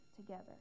together